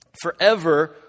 forever